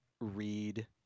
read